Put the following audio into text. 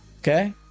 Okay